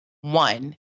one